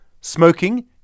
smoking